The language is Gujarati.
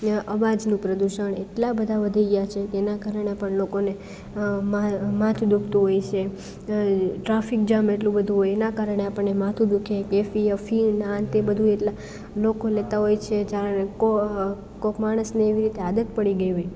અવાજનું પ્રદૂષણ એટલા બધા વધી ગયા છે કે એના કારણે પણ લોકોને માથું દુખતું હોય છે ટ્રાફિક જામ એટલું બધું હોય એના કારણે આપણને માથું દુખે ફિલ અને આતે બધું એટલા લોકો લેતા હોય છે જાણે કોક માણસને એવી રીતે આદત પડી ગઈ હોય